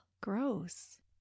Gross